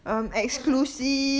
product